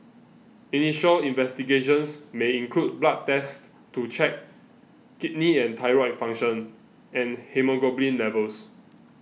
initial investigations may include blood tests to check kidney and thyroid function and haemoglobin levels